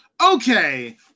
okay